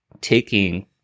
taking